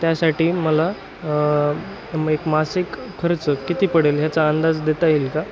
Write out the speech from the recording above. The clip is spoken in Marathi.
त्यासाठी मला म एक मासिक खर्च किती पडेल ह्याचा अंदाज देता येईल का